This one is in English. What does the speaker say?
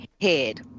head